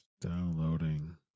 Downloading